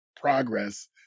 Progress